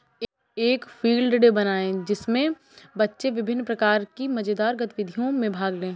एक field day बनाएं जिसमें बच्चे विभिन्न प्रकार की मजेदार गतिविधियों में भाग लें